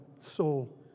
soul